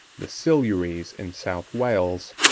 the silures in south wales,